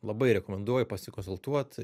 labai rekomenduoju pasikonsultuot